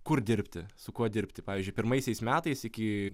kur dirbti su kuo dirbti pavyzdžiui pirmaisiais metais iki